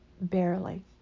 Barely